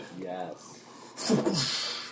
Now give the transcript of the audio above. Yes